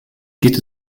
geht